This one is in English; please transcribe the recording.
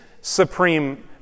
supreme